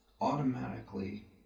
automatically